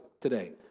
today